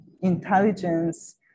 intelligence